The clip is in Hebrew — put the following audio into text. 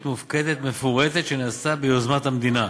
מופקדת מפורטת שנעשתה ביוזמת המדינה,